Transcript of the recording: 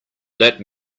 let